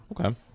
Okay